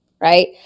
right